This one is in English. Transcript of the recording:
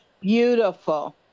beautiful